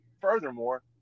furthermore